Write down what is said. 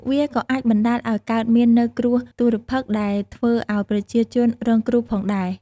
វាក៏អាចបណ្តាលឱ្យកើតមាននូវគ្រោះទុរ្ភិក្សដែលធ្វើឱ្យប្រជាជនរងគ្រោះផងដែរ។